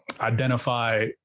identify